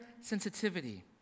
sensitivity